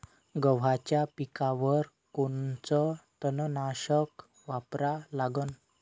गव्हाच्या पिकावर कोनचं तननाशक वापरा लागन?